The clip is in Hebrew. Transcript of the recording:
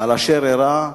על אשר אירע,